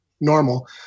normal